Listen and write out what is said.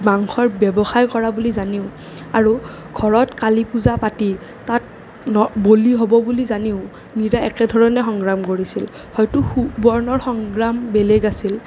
মাংসৰ ব্যৱসায় কৰা বুলি জানিও আৰু ঘৰত কালী পূজা পাতি তাত বলী হ'ব বুলি জানিও মীৰাই একেধৰণেই সংগ্ৰাম কৰিছিল হয়তো সুবৰ্ণৰ সংগ্ৰাম বেলেগ আছিল